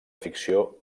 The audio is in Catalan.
ficció